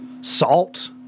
Salt